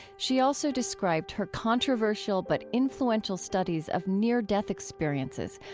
she also described her controversial but influential studies of near-death experiences,